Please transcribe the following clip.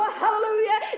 hallelujah